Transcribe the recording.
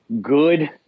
good